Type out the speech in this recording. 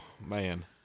man